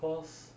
cause